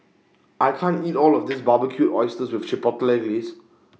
I can't eat All of This Barbecued Oysters with Chipotle Glaze